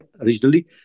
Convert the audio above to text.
originally